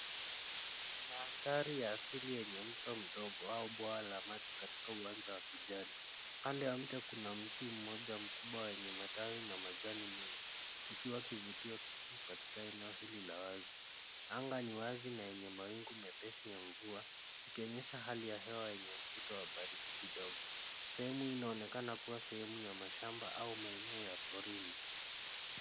Mandhari ya asili yenye mto mdogo au bwawa la maji katika uwanja wa kijani. Kando ya mto kuna mti mmoja mkubwa wenye matawi na majani mengi, ukiwa kivutio katika eneo hili la wazi. Anga ni wazi na yenye mawingu mepesi ya mvua, ikionyesha hali ya hewa na ukuta wa baridi kidogo. Sehemu hii inaonekana kuwa sehemu ya mashamba au maeneo ya porini.